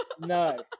no